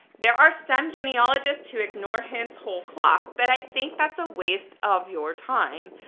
there are some genealogists to ignore hint whole cloth, but i think that's a waste of your time.